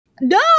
no